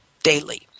daily